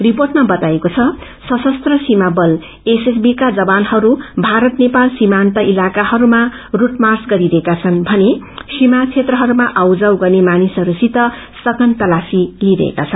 रिर्पोटमा बताइएको छ सशस्त्र सीमा बल एसएसबी का जवानहरू भारत नेपाल सीमान्त इलाक्रमा रूट माव गरिरहेका छन् षने सीमा क्षेत्रहरूमा आउ जाउ गर्ने मानिसहरूसित समान तलाशी लिईरहेका छन्